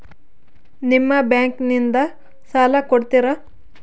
ನಿಮ್ಮ ಬ್ಯಾಂಕಿನಿಂದ ಸಾಲ ಕೊಡ್ತೇರಾ?